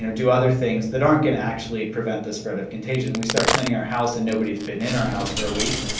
do other things that aren't going to actually prevent the spread of contagion. we start cleaning our house, and nobody's been in our house for a week,